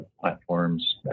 platforms